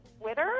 Twitter